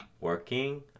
working